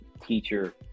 teacher